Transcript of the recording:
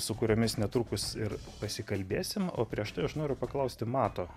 su kuriomis netrukus ir pasikalbėsim o prieš tai aš noriu paklausti mato